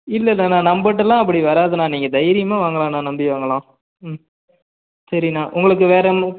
இல்லை இல்லண்ணா நம்மக்கிட்டலாம் அப்படி வராதுண்ணா நீங்கள் தைரியமாக வாங்கலாண்ணா நம்பி வாங்கலாம் ம் சரிண்ணா உங்களுக்கு வேற என்ன